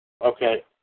Okay